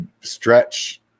stretch